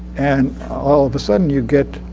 and all of a sudden you get